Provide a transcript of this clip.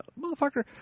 motherfucker